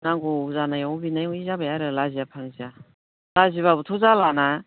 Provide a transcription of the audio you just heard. नांगौ जानायाव हैनाय जाबाय आरो लाजिया फांजिया लाजिब्लाबोथ' जालाना